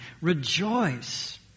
Rejoice